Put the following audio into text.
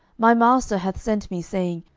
my master hath sent me, saying,